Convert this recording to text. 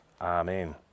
Amen